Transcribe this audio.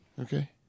Okay